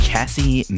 Cassie